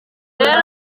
rero